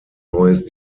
neues